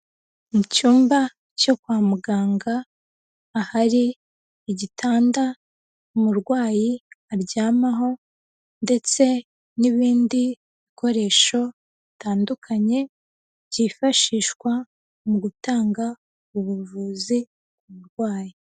Mu cyumba cyo kwa muganga ahari igitanda umurwayi aryamaho ndetse n'ibindi bikoresho bitandukanye byifashishwa mu gutanga ubuvuzi ku murwayi.